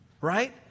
right